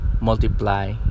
multiply